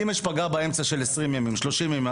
אם יש פגרה באמצע של 20 30 ימים,